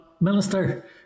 Minister